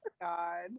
god